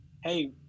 hey